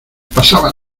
pasaba